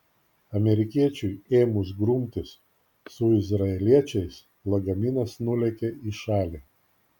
amerikiečiui ėmus grumtis su izraeliečiais lagaminas nulėkė į šalį